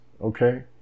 okay